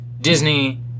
Disney